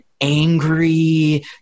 angry